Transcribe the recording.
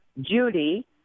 Judy